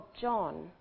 John